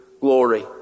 glory